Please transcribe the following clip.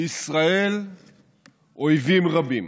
לישראל אויבים רבים,